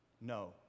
No